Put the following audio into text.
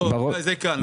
זה כאן.